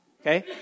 okay